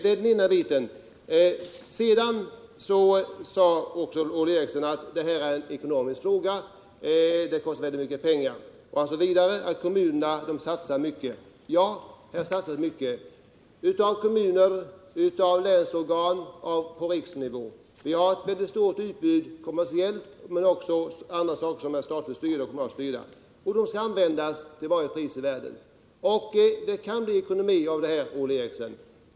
Olle Eriksson sade att det här en ekonomisk fråga: Det kostar mycket pengar. Han sade vidare att kommunerna satsar mycket. Ja, det satsas mycket av kommuner, av länsorgan och på riksnivå. Vi har ett stort kommersiellt utbud, men vi har också ett stort utbud av aktiviteter som är statligt eller kommunalt styrda. De skall användas till varje pris i världen.